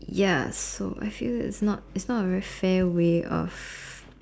ya so I feel it's not it's not a very fair way of